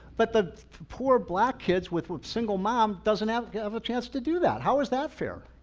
but the poor black kids with with single mom doesn't have have a chance to do that? how is that fair?